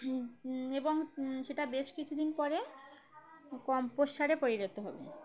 এবং সেটা বেশ কিছুদিন পরে কম্পোস্ট সারে পরিণত হবে